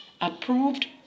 Approved